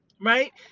right